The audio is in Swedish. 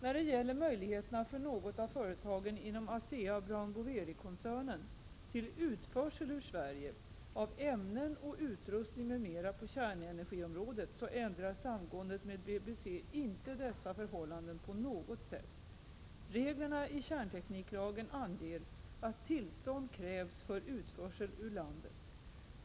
När det gäller möjligheterna för något av företagen inom ASEA —-Brown Boveri-koncernen till utförsel ur Sverige av ämnen och utrustning m.m. på kärnenergiområdet så ändrar samgåendet med BBC inte dessa förhållanden på något sätt. Reglerna i kärntekniklagen anger att tillstånd krävs för utförsel ur landet.